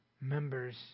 members